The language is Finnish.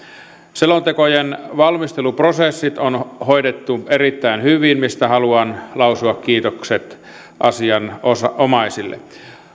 selontekojen valmisteluprosessit on hoidettu erittäin hyvin mistä haluan lausua kiitokset asianomaisille